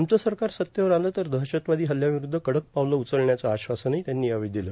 आमचं सरकार सत्तेवर आलं तर दहशतवादी हल्ल्याविरूद्ध कडक पावलं उचलण्याचं आश्वासनही त्यांनी यावेळी दिलं